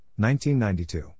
1992